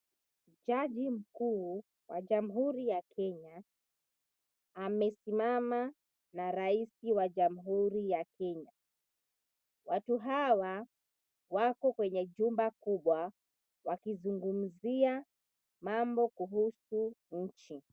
Jaji mkuu wa Jamhuri ya Kenya amesimama na rais wa Jamhuri ya Kenya watu hawa wapo kwenye jumba kubwa wakizungumzia mambo kuhusu nchi.